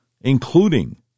including